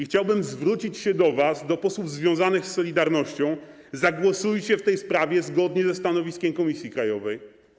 Chciałbym zwrócić się do was, do posłów związanych z „Solidarnością”: zagłosujcie w tej sprawie zgodnie ze stanowiskiem Komisji Krajowej.